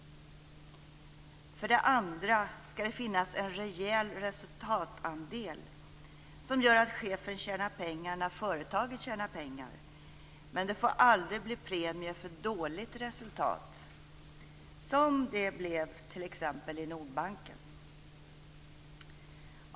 För det andra skall det finnas en rejäl resultatandel som gör att chefen tjänar pengar när företaget tjänar pengar, men det får aldrig bli premier för dåligt resultat, som det blev t.ex. i Nordbanken.